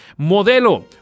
Modelo